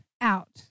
out